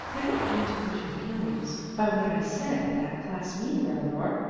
i didn't mean to hurt your feelings by what i said at that class meeting, eleanor,